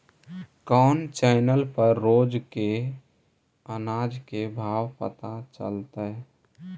कोन चैनल पर रोज के अनाज के भाव पता चलतै?